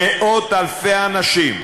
מאות-אלפי אנשים.